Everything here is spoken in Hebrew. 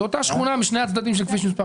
זאת אומרת שכונה משני הצדדים של כביש מספר